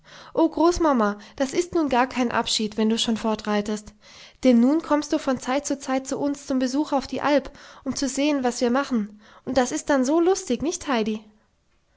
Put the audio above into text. o großmama das ist nun gar kein abschied wenn du schon fortreitest denn nun kommst du von zeit zu zeit zu uns zum besuch auf die alp um zu sehen was wir machen und das ist dann so lustig nicht heidi